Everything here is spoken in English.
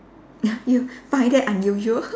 ya you find that unusual